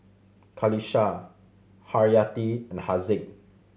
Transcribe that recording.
Qalisha Haryati and Haziq